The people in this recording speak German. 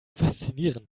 faszinierend